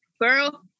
Girl